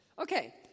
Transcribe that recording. Okay